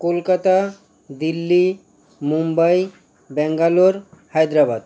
Kolkata Delhi Mumbai Bangalore Hyderabad